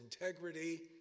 integrity